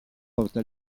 porta